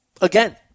Again